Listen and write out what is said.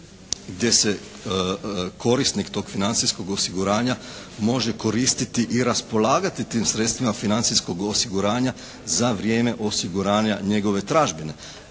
gdje se korisnik tog financijskog osiguranja može koristiti i raspolagati tim sredstvima financijskog osiguranja za vrijeme osiguranja njegove tražbine.